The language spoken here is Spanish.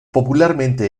popularmente